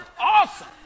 awesome